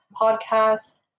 podcasts